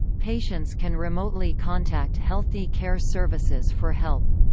patients can remotely contact healthy care services for help.